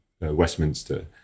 Westminster